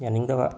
ꯌꯥꯅꯤꯡꯗꯕ